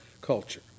culture